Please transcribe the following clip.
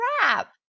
crap